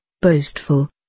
boastful